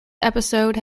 episode